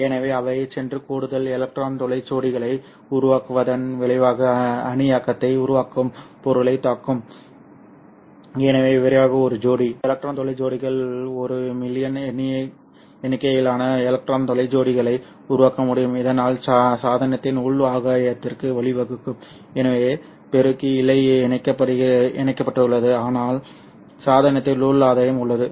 எனவே அவை சென்று கூடுதல் எலக்ட்ரான் துளை ஜோடிகளை உருவாக்குவதன் விளைவாக அயனியாக்கத்தை உருவாக்கும் பொருளைத் தாக்கும் எனவே விரைவாக ஒரு ஜோடி எலக்ட்ரான் துளை ஜோடிகள் ஒரு மில்லியன் எண்ணிக்கையிலான எலக்ட்ரான் துளை ஜோடிகளை உருவாக்க முடியும் இதனால் சாதனத்தின் உள் ஆதாயத்திற்கு வழிவகுக்கும் எனவே பெருக்கி இல்லை இணைக்கப்பட்டுள்ளது ஆனால் சாதனத்தின் உள் ஆதாயம் உள்ளது